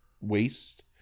waste